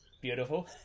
Beautiful